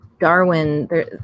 Darwin